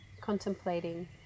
contemplating